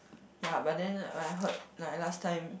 ya but then like I heard like last time